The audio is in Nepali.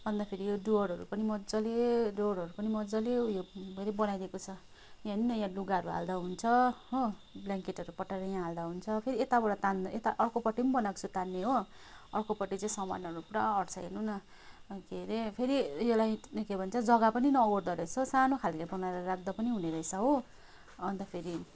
अन्त फेरि यो डुअरहरू पनि मज्जाले डुअरहरू पनि मज्जाले उयो फेरि बनाइदिएको छ यहाँ हेर्नु नि यहाँ लुगाहरू हल्दा हुन्छ हो ब्लाङकेटहरू पट्याएर यहाँ हल्दा हुन्छ फेरि यताबाट तान्दा यता अर्कोपट्टि पनि बनाएको छ तान्ने हो अर्कोपट्टि चाहिँ सामानहरू पुरा आँट्छ हेर्नु न के रे फेरि यसलाई के भन्छ जग्गा पनि नओगट्दो रहेछ सानो खालको बनाएर राख्दा पनि हुनेरहेछ हो अन्त फेरि